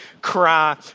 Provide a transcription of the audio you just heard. cry